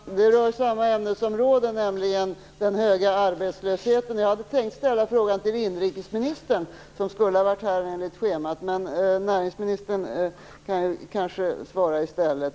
Fru talman! Min fråga rör samma ämnesområde, nämligen den höga arbetslösheten. Jag hade tänkt ställa frågan till inrikesministern, som enligt schemat skulle ha varit här. Men näringsministern kan kanske svara i stället.